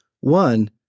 One